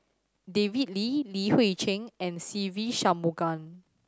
David Lim Li Hui Cheng and Se Ve Shanmugam